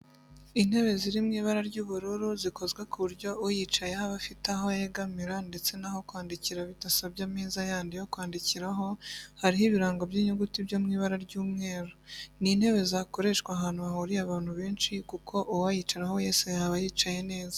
Intebe ziri mu ibara ry'ubururu zikozwe ku buryo uyicayeho aba afite aho yegamira ndetse n'aho kwandikira bidasabye ameza yandi yo kwandikiraho, hariho ibirango by'inyuguti byo mu ibara ry'umweru. Ni intebe zakoreshwa ahantu hahuriye abantu benshi kuko uwayicaraho wese yaba yicaye neza.